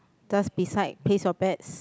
just beside place your bets